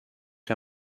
her